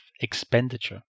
expenditure